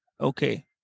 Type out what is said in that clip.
okay